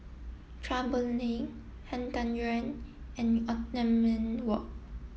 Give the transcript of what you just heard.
Chua Boon Lay Han Tan Yuan and Othman Wok